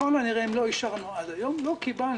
ככל הנראה אם לא אישרנו עד היום זה כי לא קיבלנו